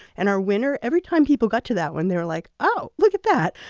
and our winner, every time people got to that one, they were like oh, look at that.